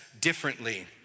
differently